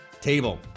table